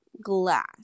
glass